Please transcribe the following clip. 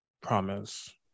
promise